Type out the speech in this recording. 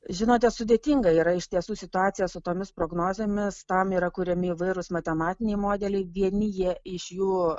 žinote sudėtinga yra iš tiesų situacija su tomis prognozėmis tam yra kuriami įvairūs matematiniai modeliai vieni jie iš jų